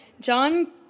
John